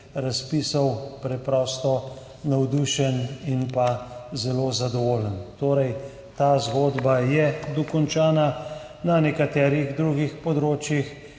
razpisov, preprosto navdušen in zelo zadovoljen. Ta zgodba je torej dokončana, na nekaterih drugih področjih